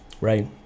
Right